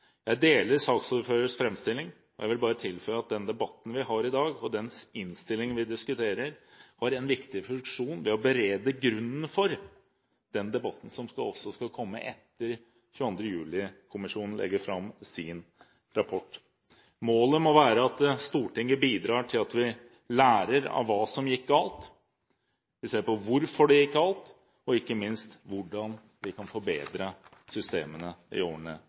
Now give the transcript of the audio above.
Jeg deler saksordførerens framstilling. Jeg vil bare tilføye at den debatten vi har i dag, og den innstillingen vi diskuterer, har en viktig funksjon ved å berede grunnen for den debatten som skal komme etter at 22. juli-kommisjonen legger fram sin rapport. Målet må være at Stortinget bidrar til at vi lærer av hva som gikk galt. Vi ser på hvorfor det gikk galt, og ikke minst hvordan vi kan forbedre systemene i årene